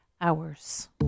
Hours